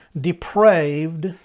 depraved